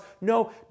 No